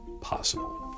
possible